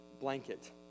blanket